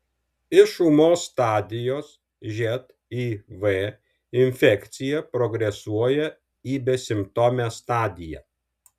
iš ūmios stadijos živ infekcija progresuoja į besimptomę stadiją